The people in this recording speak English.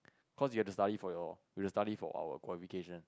cause you have to study for your study for our qualification